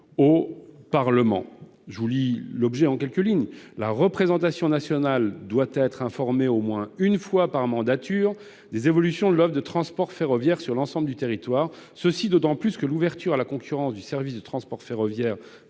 présenté régulièrement au Parlement. La représentation nationale doit être informée au moins une fois par mandature des évolutions de l'offre de transport ferroviaire sur l'ensemble du territoire, d'autant que l'ouverture à la concurrence du service de transport ferroviaire